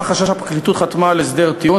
עקב החשש הפרקליטות חתמה על הסדר טיעון